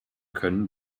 können